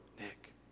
Nick